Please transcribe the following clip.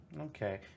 Okay